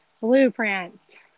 Blueprints